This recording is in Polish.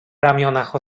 ramionach